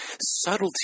subtlety